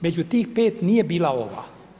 Među tih pet nije bila ova.